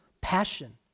passion